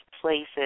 places